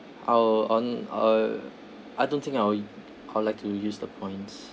I'll on I'll I don't think I will I'd like to use the points